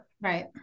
Right